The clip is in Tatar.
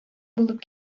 булып